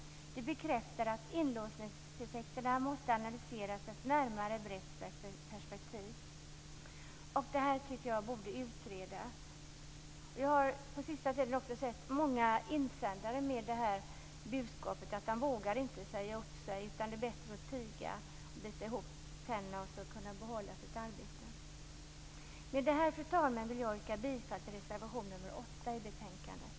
Det bekräftar att inlåsningseffekterna måste analyseras i ett brett perspektiv. Jag tycker att detta borde utredas. På sista tiden har jag också sett många insändare med budskapet att man inte vågar säga upp sig utan att det är bättre att tiga, bita ihop tänderna och behålla sitt arbete. Fru talman! Med detta vill jag yrka bifall till reservation nr 8 i betänkandet.